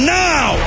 now